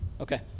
Okay